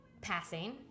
passing